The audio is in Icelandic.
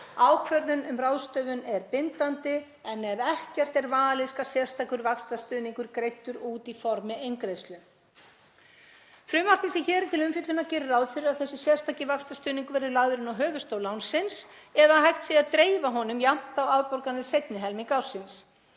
Ákvörðun um ráðstöfun er bindandi en ef ekkert er valið skal sérstakur vaxtastuðningur greiddur út í formi eingreiðslu. Frumvarpið sem hér er til umfjöllunar gerir ráð fyrir að þessi sérstaki vaxtastuðningur verði lagður inn á höfuðstól lánsins eða að hægt sé að dreifa honum jafnt á afborganir seinni helmings ársins.